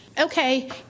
okay